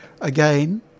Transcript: again